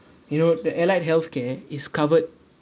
you know the allied health care is covered